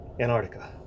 Antarctica